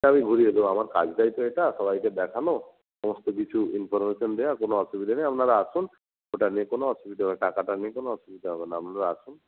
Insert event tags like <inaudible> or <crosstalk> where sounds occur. সে আমি ঘুরিয়ে দেবো আমার কাজটাই তো এটা সবাইকে দেখানো সমস্ত কিছু ইনফরমেশান দেওয়া কোনো অসুবিধা নেই আপনারা আসুন ওটা নিয়ে কোনো অসুবিধা <unintelligible> টাকাটা নিয়ে কোনো অসুবিধা হবে না আপনারা আসুন